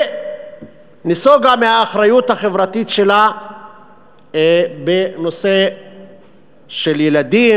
ונסוגה מהאחריות החברתית שלה בנושא של ילדים,